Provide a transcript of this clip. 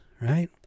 right